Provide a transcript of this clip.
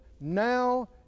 now